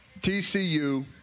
TCU